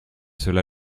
cela